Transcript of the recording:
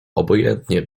obojętne